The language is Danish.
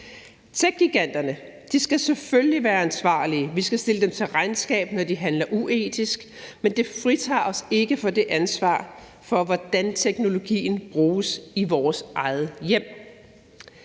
Techgiganterne skal selvfølgelig være ansvarlige, og vi skal stille dem til regnskab, når de handler uetisk, men det fritager os ikke for det ansvar for, hvordan teknologien bruges i vores eget hjem.